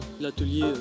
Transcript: L'atelier